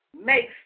makes